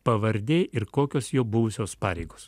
pavardė ir kokios jo buvusios pareigos